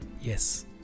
yes